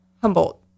Humboldt